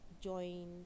join